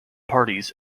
parties